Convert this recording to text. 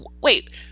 wait